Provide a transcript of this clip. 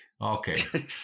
Okay